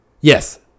yes